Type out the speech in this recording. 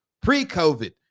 pre-COVID